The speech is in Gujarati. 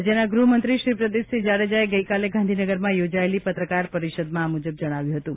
રાજ્યના ગૃહમંત્રી શ્રી પ્રદીપસિંહ જાડેજાએ ગઇકાલે ગાંધીનગરમાં યોજાયેલી પત્રકાર પરિષદમાં આ મુજબ જણાવ્યું હતું